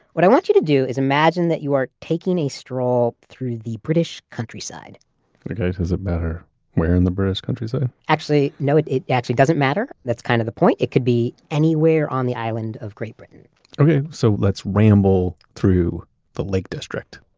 what i want you to do is imagine that you are taking a stroll through the british countryside okay, does it matter where in the british countryside? actually no, it it actually doesn't matter. that's kind of the point. it could be anywhere on the island of great britain okay, so let's ramble through the lake district.